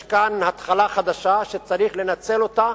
יש כאן התחלה חדשה שצריך לנצל אותה